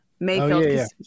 Mayfield